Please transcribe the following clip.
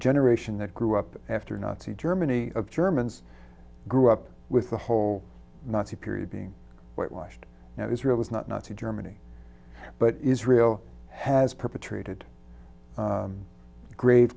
generation that grew up after nazi germany of germans grew up with the whole nazi period being whitewashed now israel is not nazi germany but israel has perpetrated grave